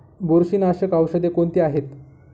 बुरशीनाशक औषधे कोणती आहेत?